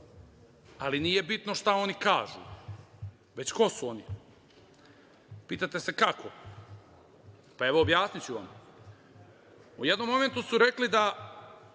ali nije bitno šta oni kažu, već ko su oni. Pitate se – kako? Objasniću vam. U jednom momentu su rekli da